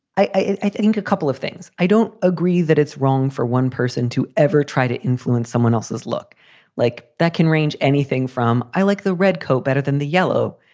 i i think a couple of things. i don't agree that it's wrong for one person to ever try to influence someone else's look like that can range anything from. i like the redcoat better than the yellow,